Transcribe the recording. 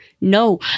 No